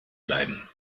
bleiben